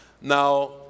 Now